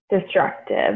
destructive